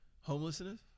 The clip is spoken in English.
Homelessness